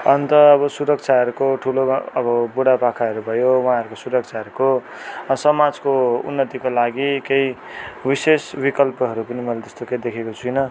अन्त अबो सुरक्षाहरूको ठुलो अब बुढापाकाहरू भयो उहाँहरूको सुरक्षाहरूको समाजको उन्नतिको लागि केही विशेष विकल्पहरू पनि मैले त्यस्तो केही देखेको छुइनँ